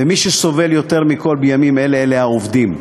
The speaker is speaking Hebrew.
ומי שסובל יותר מכול, בימים אלה, אלה העובדים.